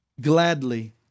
gladly